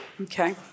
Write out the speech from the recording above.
Okay